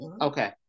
Okay